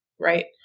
right